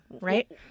right